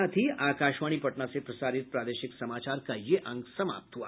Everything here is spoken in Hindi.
इसके साथ ही आकाशवाणी पटना से प्रसारित प्रादेशिक समाचार का ये अंक समाप्त हुआ